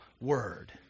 Word